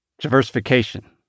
Diversification